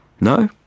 No